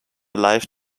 live